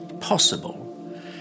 possible